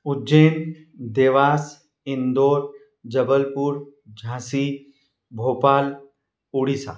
Ujjain Dewas Indore Jabalpur Jhansi Bhopal Orissa